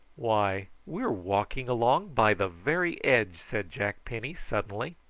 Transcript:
why, we're walking along by the very edge, said jack penny suddenly.